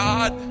God